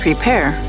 Prepare